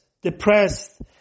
depressed